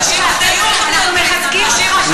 אנחנו, אנחנו מחזקים אתכם.